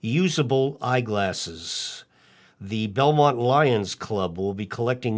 usable eyeglasses the belmont lion's club will be collecting